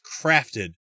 crafted